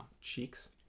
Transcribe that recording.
cheeks